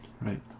right